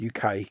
UK